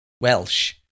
Welsh